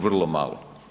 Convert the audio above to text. Vrlo malo.